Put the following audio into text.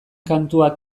kantua